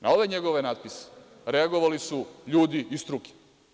Na ove njegove natpise reagovali su ljudi iz struke.